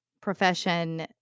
profession